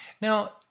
Now